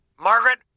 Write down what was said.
Margaret